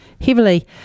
heavily